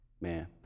man